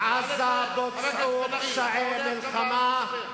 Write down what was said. בעזה בוצעו פשעי מלחמה,